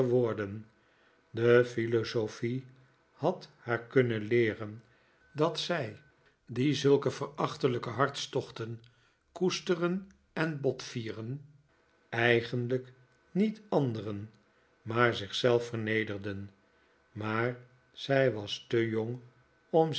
de philosophic had haar kunnen leeren dat zij die zulke verachtelijke hartstochten koesteren en botvieren eigenlijk niet anderen maar zich zelf vernederen maar zij was te jong om